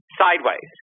sideways